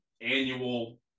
annual